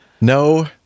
no